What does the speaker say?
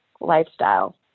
lifestyle